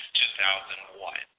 2001